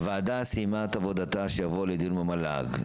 הוועדה סיימה את עבודתה, שתעבור לדיון במל"ג.